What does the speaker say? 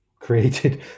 created